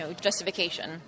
justification